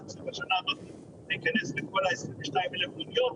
עד סוף השנה הזאת זה ייכנס בכל 22,000 מוניות,